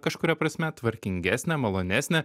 kažkuria prasme tvarkingesnė malonesnė